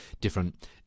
different